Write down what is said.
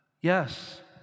Yes